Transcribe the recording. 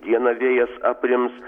dieną vėjas aprims